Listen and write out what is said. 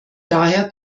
daher